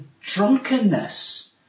drunkenness